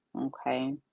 okay